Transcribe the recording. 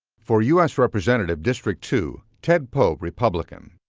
for u s. representative, district two, ted poe, republican.